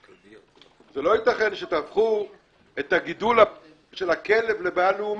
זה לא יתכן שתהפכו את הגידול של הכלב לבעיה לאומית.